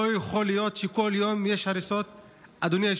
לא יכול להיות שכל יום יש הריסות בנגב,